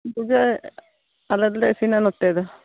ᱤᱱᱟᱹ ᱠᱚᱜᱮ ᱟᱞᱮ ᱫᱚᱞᱮ ᱤᱥᱤᱱᱟ ᱱᱚᱛᱮ ᱫᱚ